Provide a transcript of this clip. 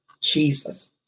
Jesus